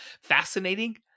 fascinating